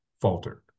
faltered